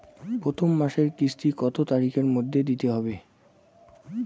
প্রথম মাসের কিস্তি কত তারিখের মধ্যেই দিতে হবে?